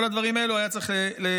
את כל הדברים האלה היה צריך למזער,